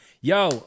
Yo